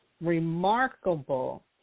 remarkable